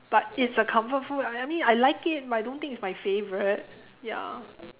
but it's a comfort food I I mean I like it but I don't think it's my favourite ya